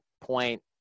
point